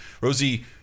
rosie